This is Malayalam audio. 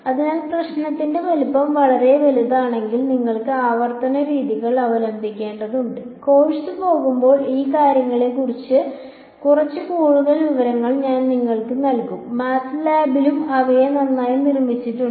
അതിനാൽ പ്രശ്നത്തിന്റെ വലുപ്പം വളരെ വലുതാണെങ്കിൽ നിങ്ങൾ ആവർത്തന രീതികൾ അവലംബിക്കേണ്ടതുണ്ട് കോഴ്സ് പോകുമ്പോൾ ഈ കാര്യങ്ങളെക്കുറിച്ച് കുറച്ച് കൂടുതൽ വിവരങ്ങൾ ഞാൻ നിങ്ങൾക്ക് നൽകും MATLAB ലും ഇവയെല്ലാം നന്നായി നിർമ്മിച്ചിട്ടുണ്ട്